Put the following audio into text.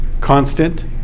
constant